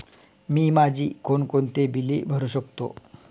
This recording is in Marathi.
मी माझी कोणकोणती बिले भरू शकतो?